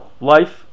life